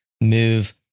move